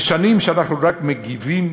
זה שנים שאנחנו רק מגיבים,